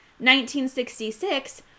1966